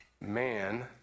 man